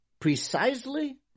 precisely